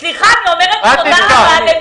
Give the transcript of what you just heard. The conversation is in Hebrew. סליחה, אתה אומר אותו דבר.